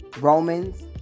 Romans